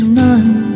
none